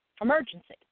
emergency